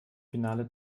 finale